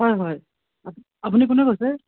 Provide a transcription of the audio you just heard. হয় হয় আপ আপুনি কোনে কৈছে